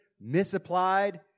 misapplied